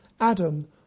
Adam